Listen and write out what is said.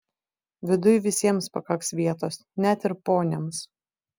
viduj visiems pakaks vietos net ir poniams